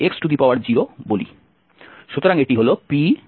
সুতরাং এটি হল Pxk1Nxkb